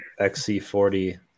XC40